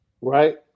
Right